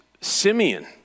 Simeon